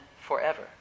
forever